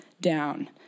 down